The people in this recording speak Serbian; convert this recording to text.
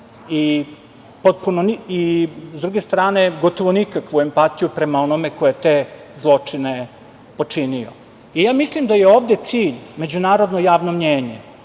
i s druge strane gotovo nikakvu empatiju prema onome ko je te zločine počinio. Mislim da je ovde cilj međunarodno javno mnjenje,